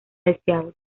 deseado